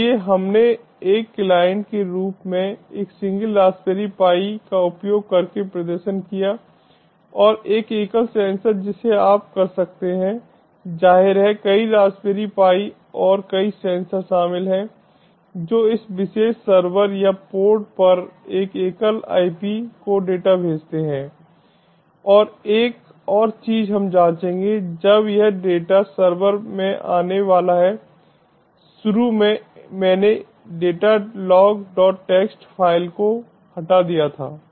इसलिए हमने एक क्लाइंट के रूप में एक सिंगल रासबेरी पाई का उपयोग करके प्रदर्शन किया और एक एकल सेंसर जिसे आप कर सकते हैं जाहिर है कई रासबेरी पाई और कई सेंसर शामिल हैं जो इस विशेष सर्वर या पोर्ट पर एक एकल आईपी को डेटा भेजते हैं और एक और चीज हम जांचेंगे जब यह डेटा सर्वर में आने वाला है शुरू में मैंने इस DataLogtxt फ़ाइल को हटा दिया था